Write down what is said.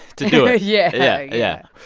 to do it yeah yeah.